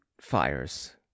fires